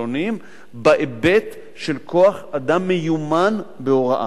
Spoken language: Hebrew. השונים בהיבט של כוח-אדם מיומן בהוראה.